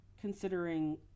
considering